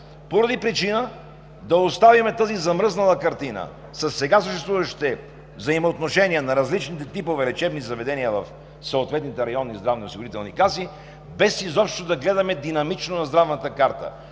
поради причина да оставим тази замръзнала картина със сега съществуващите взаимоотношения на различните типове лечебни заведения в съответните районни здравни осигурителни каси, без изобщо да гледаме динамично на здравната карта,